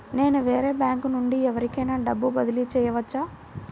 నేను వేరే బ్యాంకు నుండి ఎవరికైనా డబ్బు బదిలీ చేయవచ్చా?